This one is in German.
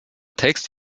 text